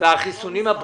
פה ממשרד